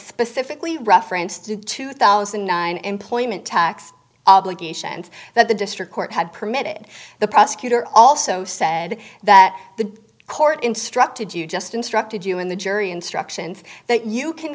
specifically referenced to two thousand and nine employment tax obligations that the district court had permitted the prosecutor also said that the court instructed you just instructed you in the jury instructions that you can